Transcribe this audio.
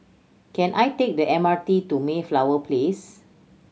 can I take the M R T to Mayflower Place